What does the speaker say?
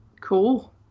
Cool